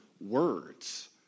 words